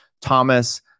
Thomas